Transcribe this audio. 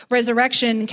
Resurrection